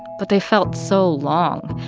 but they felt so long.